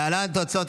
להלן תוצאות